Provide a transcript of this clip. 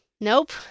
nope